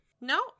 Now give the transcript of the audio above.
No